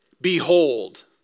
Behold